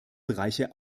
bereiche